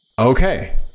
Okay